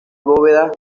bóvedas